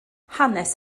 hanes